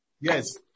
Yes